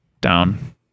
down